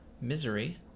Misery